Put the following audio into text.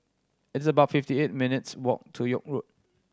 it's about fifty eight minutes' walk to York Road